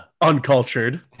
Uncultured